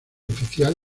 oficial